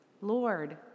Lord